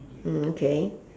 mm okay